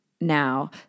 now